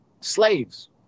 Slaves